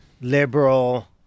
liberal